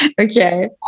okay